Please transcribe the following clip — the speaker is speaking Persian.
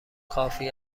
کافی